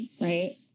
right